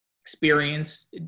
experience